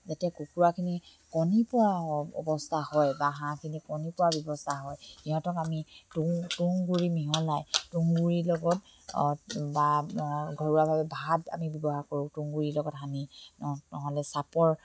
যাতে কুকুৰাখিনি কণী পৰা অৱস্থা হয় বা হাঁহখিনি কণী পৰাৰ ব্যৱস্থা হয় সিহঁতক আমি তুঁহগুৰি মিহলাই তুঁহগুৰিৰ লগত বা ঘৰুৱাভাৱে ভাত আমি ব্যৱহাৰ কৰোঁ তুঁহগুৰিৰ লগত সানি নহ'লে চাপৰ